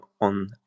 on